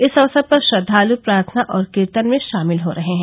इस अक्सर पर श्रद्वालु प्रार्थना और कीर्तन में शामिल रहे हैं